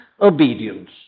obedience